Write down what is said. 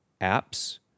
apps